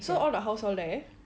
so all the house all there